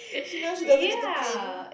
she knows she doesn't need to clean